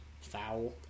foul